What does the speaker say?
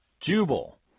Jubal